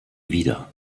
wieder